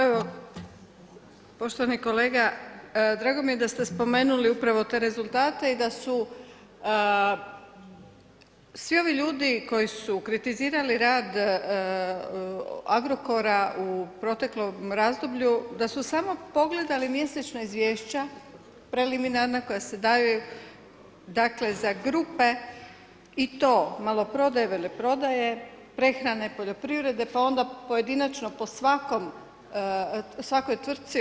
Evo, poštovani kolega, drago mi je da ste spomenuli upravo te rezultate i da su svi ovi ljudi koji su kritizirali rad Agrokora u proteklom razdoblju, da su samo pogledali mjesečna izvješća preliminarna koja se daju dakle, za grupe i to maloprodaje, veleprodaje, prehrane, poljoprivrede, pa onda pojedinačno po svakoj tvrtci.